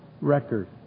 record